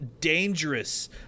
dangerous